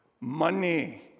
Money